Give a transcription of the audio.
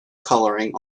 colouring